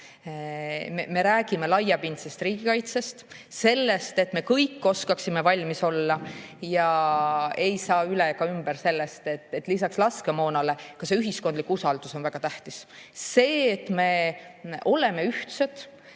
me räägime laiapindsest riigikaitsest, sellest, et me kõik oskaksime valmis olla. Ja ei saa üle ega ümber sellest, et lisaks laskemoonale on ka ühiskondlik usaldus väga tähtis, see, et me oleme ühtsed,